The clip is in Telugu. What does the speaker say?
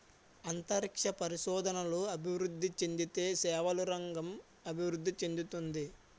అంతరిక్ష పరిశోధనలు అభివృద్ధి చెందితే సేవల రంగం అభివృద్ధి చెందుతుంది